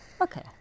Okay